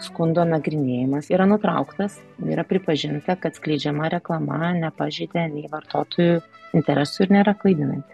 skundo nagrinėjimas yra nutrauktas yra pripažinta kad skleidžiama reklama nepažeidė nei vartotojų interesų ir nėra klaidinanti